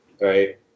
Right